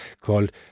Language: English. called